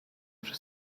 przy